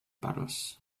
puddles